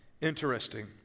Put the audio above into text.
Interesting